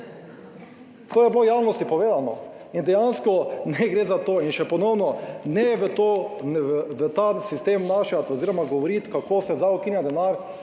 To je bilo v javnosti povedano in dejansko ne gre za to, in še ponovno, ne v ta sistem vnašati oz. govoriti kako se zdaj ukinja denar,